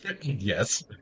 Yes